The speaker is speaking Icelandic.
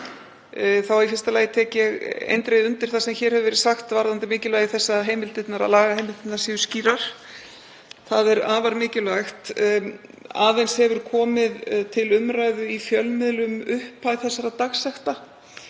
Í fyrsta lagi tek ég eindregið undir það sem hér hefur verið sagt varðandi mikilvægi þess að lagaheimildirnar séu skýrar. Það er afar mikilvægt. Aðeins hefur komið til umræðu í fjölmiðlum upphæð þessara dagsekta